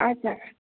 हजुर